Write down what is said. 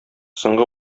соңгы